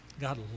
God